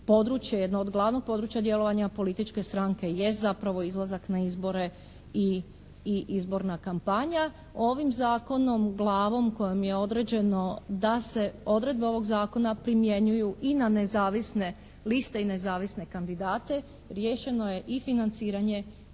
jednog od glavnog područja djelovanja političke stranke je zapravo izlazak na izbore i izborna kampanja. Ovim zakonom, u glavom kojom je određeno da se odredbe ovog zakona primjenjuju i na nezavisne liste i nezavisne kandidate riješeno je i financiranje